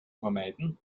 vermeiden